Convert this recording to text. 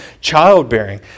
childbearing